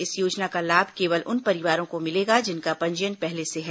इस योजना का लाभ केवल उन परिवारों को मिलेगा जिनका पंजीयन पहले से है